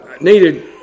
needed